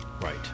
Right